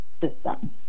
system